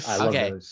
Okay